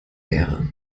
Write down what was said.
ehre